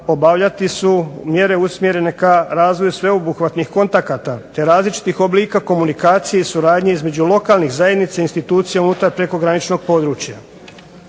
obavljati su mjere usmjerene ka razvoju sveobuhvatnih kontakata, te različitih oblika komunikacije i suradnje između lokalnih zajednica i institucija unutar prekograničnog područja.